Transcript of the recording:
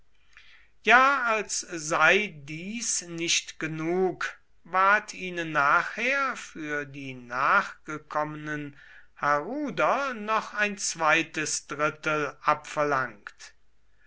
ja als sei dies nicht genug ward ihnen nachher für die nachgekommenen haruder noch ein zweites drittel abverlangt